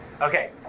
Okay